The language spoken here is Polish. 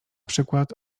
przykład